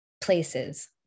places